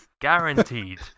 guaranteed